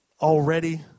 already